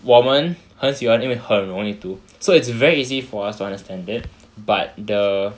我们很喜欢因为很容易读 so it's very easy for us to understand that but the